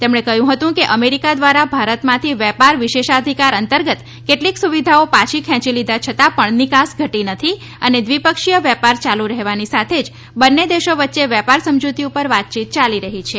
તેમણે કહ્યું હતું કે અમેરિકા દ્વારા ભારતમાંથી વેપાર વિશેષાધિકાર અંતર્ગત કેટલીક સુવિધાઓ પાછી ખેંચી લીધા છતાં પણ નિકાસ ઘટી નથી અને દ્વિપક્ષીય વેપાર ચાલુ રહેવાની સાથે જ બંને દેશો વચ્ચે વેપાર સમજૂતી ઉપર વાતયીત યાલી રહી છે